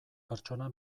pertsona